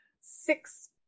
six